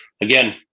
again –